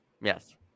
yes